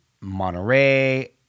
Monterey